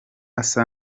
asa